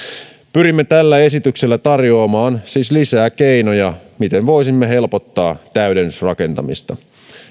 pyrimme siis tällä esityksellä tarjoamaan lisää keinoja miten voisimme helpottaa täydennysrakentamista